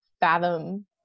fathom